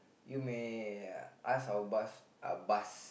you may ask our boss uh bus